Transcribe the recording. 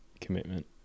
commitment